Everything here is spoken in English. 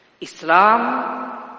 Islam